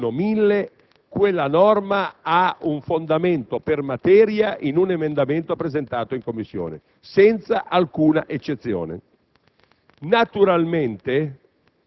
presentata nel testo dell'emendamento 1.1000, quella norma ha un fondamento per materia in un emendamento presentato in Commissione, senza alcuna eccezione.